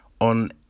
on